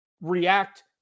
react